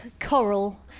coral